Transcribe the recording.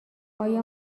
ایا